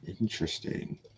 Interesting